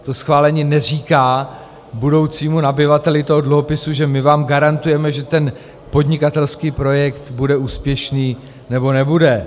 To schválení neříká budoucímu nabyvateli dluhopisu, že my vám garantujeme, že ten podnikatelský projekt bude úspěšný, nebo nebude.